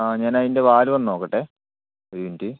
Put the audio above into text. അ ഞാൻ അതിൻ്റെ വാൾവ് ഒന്നു നോക്കട്ടെ ഒരു മിനിറ്റ്